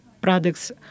products